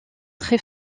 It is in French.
très